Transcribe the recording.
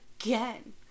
again